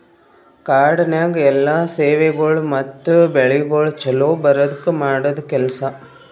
ಕಾಡನ್ಯಾಗ ಎಲ್ಲಾ ಸೇವೆಗೊಳ್ ಮತ್ತ ಬೆಳಿಗೊಳ್ ಛಲೋ ಬರದ್ಕ ಮಾಡದ್ ಕೆಲಸ